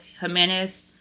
Jimenez